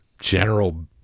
general